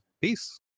Peace